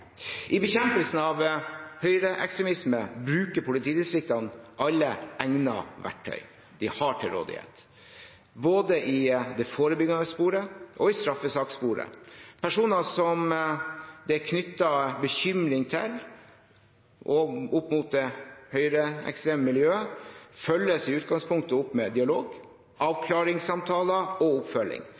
I bekjempelsen av høyreekstremisme bruker politidistriktene alle egnede verktøy de har til rådighet, både i det forebyggende sporet og i straffesakssporet. Personer som det er knyttet bekymring til opp mot det høyreekstreme miljøet, følges i utgangspunktet opp med dialog, avklaringssamtaler og oppfølging.